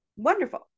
wonderful